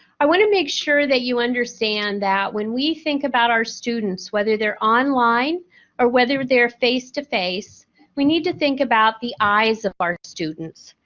i want to make sure that you understand that when we think about our students whether they're online or whether they're face-to-face we need to think about the eyes of our students.